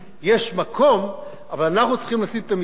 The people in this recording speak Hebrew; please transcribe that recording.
אבל אנחנו צריכים לשים את המסגרת ואסור לפרוץ אותה.